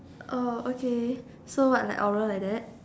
oh okay so what like oral like that